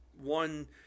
one